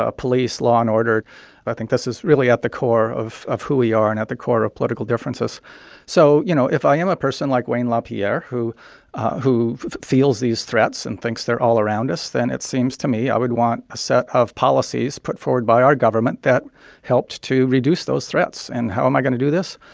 ah police, law and order i think this is really at the core of of who we are and at the core of political differences so you know, if i am a person like wayne lapierre who who feels these threats and thinks they're all around us, then it seems to me i would want a set of policies put forward by our government that helped to reduce those threats. and how am i going to do this?